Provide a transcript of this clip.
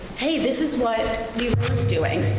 hey, this is what new york's doing.